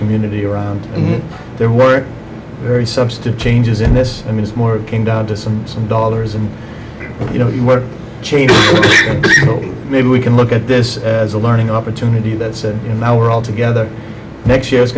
community around and there were very substantive changes in this i mean it's more it came down to some some dollars and you know what changed maybe we can look at this as a learning opportunity that said you know we're all together next year i